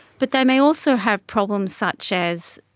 but they may also have problems such as